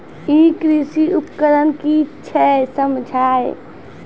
ई कृषि उपकरण कि छियै समझाऊ?